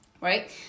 Right